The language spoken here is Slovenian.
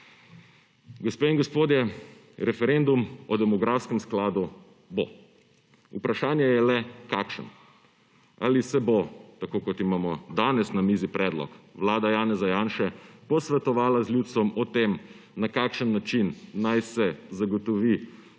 Gospe in gospodje, referendum o demografskem skladu bo, vprašanje je le, kakšen. Ali se bo, tako, kot imamo danes na mizi predlog, vlada Janeza Janše, posvetovala z ljudstvom o tem, na kakšen način naj se zagotovi